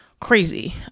crazy